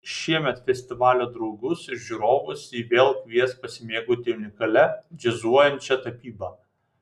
šiemet festivalio draugus ir žiūrovus ji vėl kvies pasimėgauti unikalia džiazuojančia tapyba